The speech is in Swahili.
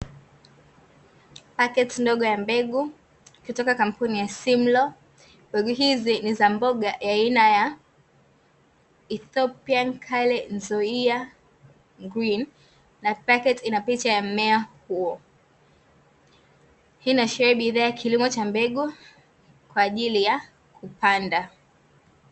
Paketi ndogo ya mbegu kutoka kampuni ya simlo, mbegu hizi ni za mboga aina ya “ethopian kale nzoia green” na paketi inapicha ya mmea huo hii inaashiria bidhaa ya kilimo cha mbegu kwaajili ya kupanda.